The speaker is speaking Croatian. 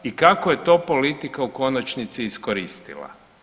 I kako je to politika u konačnici iskoristila?